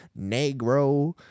Negro